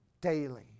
Daily